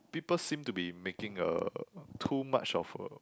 people seem to be making a too much of a